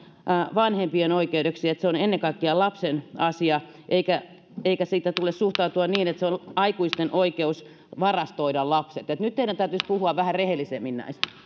vanhempien oikeudeksi vaan se on ennen kaikkea lapsen asia eikä siihen tule suhtautua niin että se on aikuisten oikeus varastoida lapset nyt teidän täytyisi puhua vähän rehellisemmin näistä